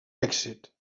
èxit